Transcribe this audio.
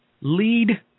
lead